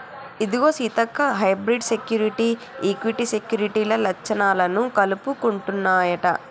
ఇదిగో సీతక్క hybrid security, equity సెక్యూరిటీల లచ్చణాలను కలుపుకుంటన్నాయంట